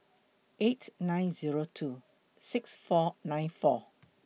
eight nine Zero two six four nine four